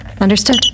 Understood